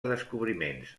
descobriments